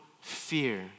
fear